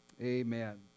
Amen